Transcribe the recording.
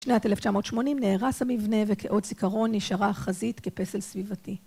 בשנת 1980 נהרס המבנה וכאות זיכרון נשארה החזית כפסל סביבתי.